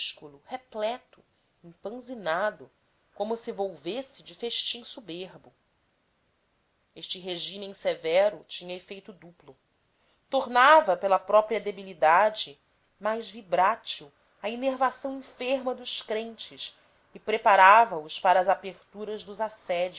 minúsculo repleto empanzinado como se volvesse de festim soberbo esse regime severo tinha efeito duplo tornava pela própria debilidade mais vibrátil a inervação enferma dos crentes e preparava os para as aperturas dos assédios